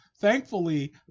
thankfully